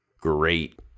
great